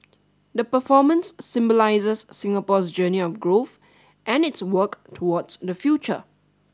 the performance symbolises Singapore's journey of growth and its work towards the future